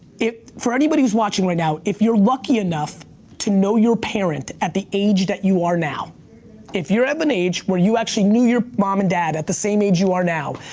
for anybody who's watching right now, if you're lucky enough to know your parent at the age that you are now if you're of an age where you actually knew your mom and dad at the same age you are now,